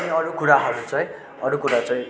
अनि अरू कुराहरू चाहिँ अरू कुरा चाहिँ